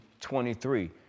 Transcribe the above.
23